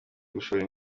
gushora